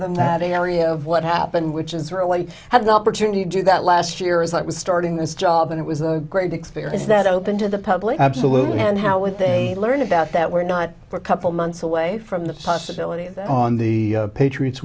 them that area of what happened which is really have the opportunity to do that last year as i was starting this job and it was a great experience that opened to the public absolutely and how what they learned about that were not a couple months away from the possibility that on the patriots